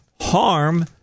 harm